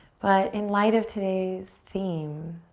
but in light of today's theme,